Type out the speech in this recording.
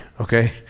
okay